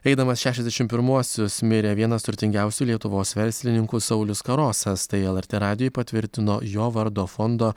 eidamas šešiasdešim pirmuosius mirė vienas turtingiausių lietuvos verslininkų saulius karosas tai lrt radijui patvirtino jo vardo fondo